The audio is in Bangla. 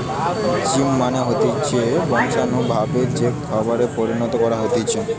জিএমও মানে হতিছে বংশানুগতভাবে যে খাবারকে পরিণত করা হতিছে